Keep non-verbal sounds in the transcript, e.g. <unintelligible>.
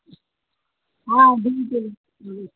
<unintelligible>